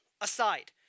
aside